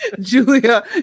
Julia